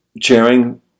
chairing